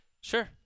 Sure